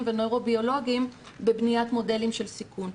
ונוירו-ביולוגיים בבניית מודלים של סיכון.